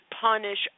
punish